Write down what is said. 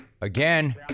Again